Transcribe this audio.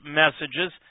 messages